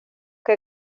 que